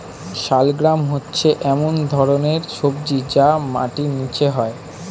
শালগ্রাম হচ্ছে এক ধরনের সবজি যা মাটির নিচে হয়